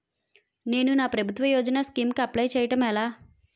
నేను నా ప్రభుత్వ యోజన స్కీం కు అప్లై చేయడం ఎలా?